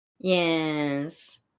Yes